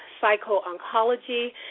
psycho-oncology